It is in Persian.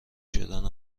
شدن